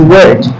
Word